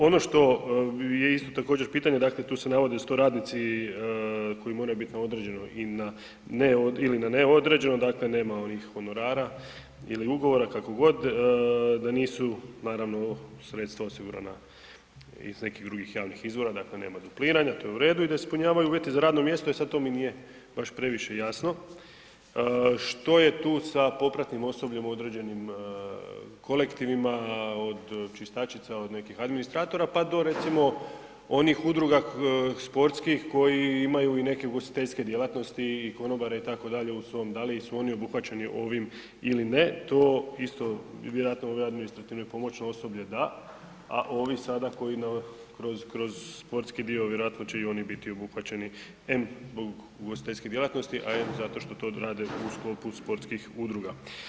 Ono što je isto također pitanje, dakle tu se navodi da su to radnici koji moraju biti na određeno i na, ili na neodređeno, dakle nema onih honorara ili ugovora kako god, da nisu naravno sredstva osigurana iz nekih drugih javnih izvora, dakle nema dupliranja, to je u redu i da ispunjavaju uvjete za radno mjesto, e sad to mi nije baš previše jasno što je tu sa popratnim osobljem u određenim kolektivima od čistačica od nekih administratora, pa do recimo onih udruga sportskih koji imaju i neke ugostiteljske djelatnosti i konobare itd. u svom, da li su oni obuhvaćeni ovim ili ne, to isto vjerojatno ovo administrativno i pomoćno osoblje da, a ovi sada koji kroz, kroz sportski dio vjerojatno će i oni biti obuhvaćeni em zbog ugostiteljske djelatnosti, a em zato što rade u sklopu sportskih udruga.